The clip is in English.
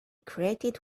created